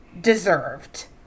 deserved